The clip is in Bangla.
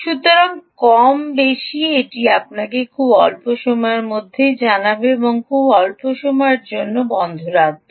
সুতরাং কম বেশি এটি আপনাকে খুব অল্প সময়ের জন্যই জানবে এবং খুব অল্প সময়ের জন্য বন্ধ রাখবে